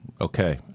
Okay